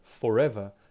forever